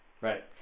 right